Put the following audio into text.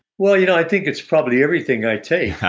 well, you know i think it's probably everything i take.